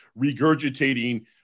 regurgitating